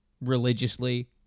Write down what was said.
religiously